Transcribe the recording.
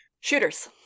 Shooters